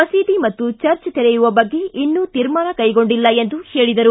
ಮಸೀದಿ ಚರ್ಚ್ ತೆರೆಯುವ ಬಗ್ಗೆ ಇನ್ನು ತೀರ್ಮಾನ ಕೈಗೊಂಡಿಲ್ಲ ಎಂದು ಹೇಳಿದರು